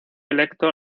electo